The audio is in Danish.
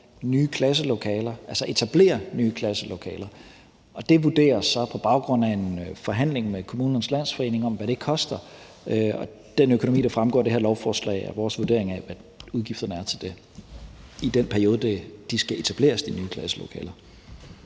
etablere nye klasselokaler. Det vurderes så på baggrund af en forhandling med Kommunernes Landsforening, hvad det koster, og den økonomi, der fremgår af det her lovforslag, er vores vurdering af, hvad udgifterne er til det i den periode, de nye klasselokaler